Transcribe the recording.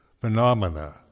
phenomena